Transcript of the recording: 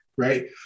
Right